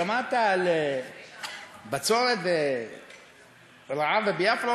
שמעת על בצורת ורעב בביאפרה?